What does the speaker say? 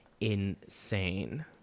insane